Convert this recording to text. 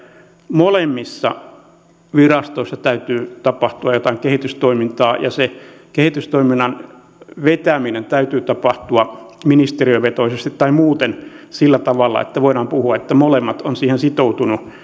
molemmissa virastoissa täytyy tapahtua jotain kehitystoimintaa ja sen kehitystoiminnan vetämisen täytyy tapahtua ministeriövetoisesti tai muuten sillä tavalla että voidaan puhua että molemmat ovat siihen sitoutuneita